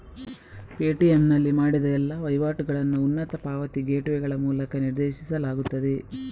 Paytm ನಲ್ಲಿ ಮಾಡಿದ ಎಲ್ಲಾ ವಹಿವಾಟುಗಳನ್ನು ಉನ್ನತ ಪಾವತಿ ಗೇಟ್ವೇಗಳ ಮೂಲಕ ನಿರ್ದೇಶಿಸಲಾಗುತ್ತದೆ